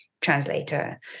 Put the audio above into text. translator